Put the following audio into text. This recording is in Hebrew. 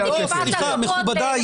מכובדי,